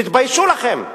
תתביישו לכם.